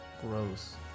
Gross